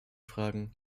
fragen